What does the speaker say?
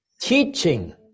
teaching